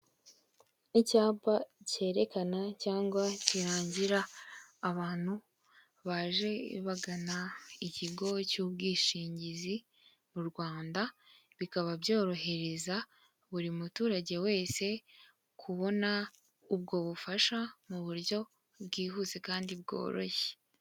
Icyapa cyerekana cyangwa kirangira abantu baje bagana ikigo cy'ubwishingizi mu Rwanda, bikaba byorohereza buri muturage wese kubona ubwo bufasha mu buryo bwihuse kandi bworoshye.